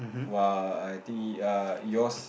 !woah! I think err yours